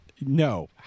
no